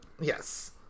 Yes